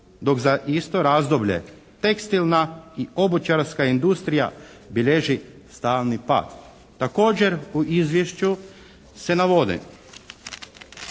dok za isto razdoblje tekstilna i obućarska industrija bilježi stalni pad.» Također u izvješću se navode: